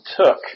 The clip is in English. took